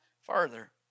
further